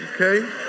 Okay